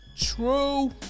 True